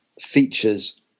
features